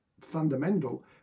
fundamental